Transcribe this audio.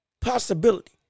possibility